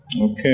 Okay